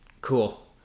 cool